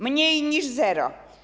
Mniej niż zero.